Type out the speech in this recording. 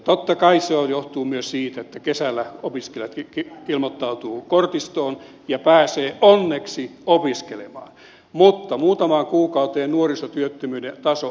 totta kai se johtuu myös siitä että kesällä opiskelijat ilmoittautuvat kortistoon ja pääsevät sitten onneksi opiskelemaan mutta muutamaan kuukauteen nuorisotyöttömyyden taso ei ole kasvanut